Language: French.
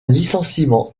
licenciement